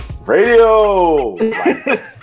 radio